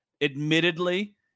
Admittedly